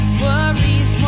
worries